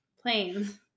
planes